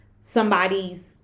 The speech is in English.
somebody's